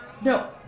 no